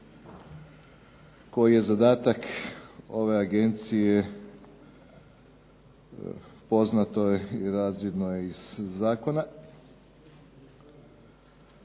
koji je zadatak ove agencije poznato i razvidno je iz zakona.